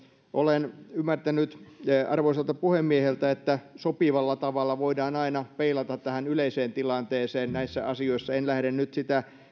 olen ymmärtänyt arvoisalta puhemieheltä että sopivalla tavalla voidaan aina peilata tähän yleiseen tilanteeseen näissä asioissa en lähde nyt sitä